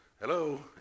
Hello